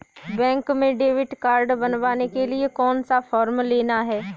Bank में debit card बनवाने के लिए कौन सा फॉर्म लेना है?